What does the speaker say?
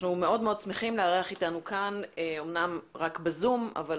אנחנו מאוד מאוד שמחים לארח אתנו כאן אמנם רק ב-זום אבל